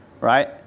right